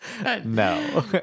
No